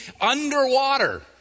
underwater